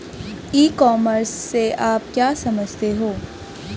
ई commerce से आप क्या समझते हो?